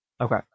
Okay